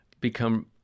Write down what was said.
become